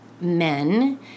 men